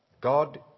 God